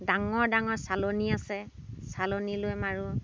ডাঙৰ ডাঙৰ চালনী আছে চালনী লৈ মাৰোঁ